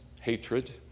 hatred